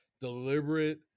deliberate